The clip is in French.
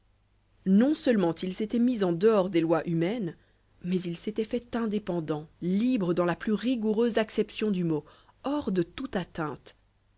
non seulement il s'était mis en dehors des lois humaines mais il s'était fait indépendant libre dans la plus rigoureuse acception du mot hors de toute atteinte